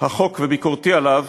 החוק וביקורתי עליו